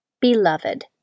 Beloved